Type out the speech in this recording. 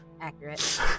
Accurate